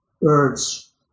birds